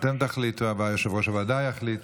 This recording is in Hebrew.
אתם תחליטו, יושב-ראש הוועדה יחליט.